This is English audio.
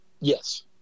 Yes